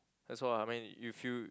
that's all I mean you feel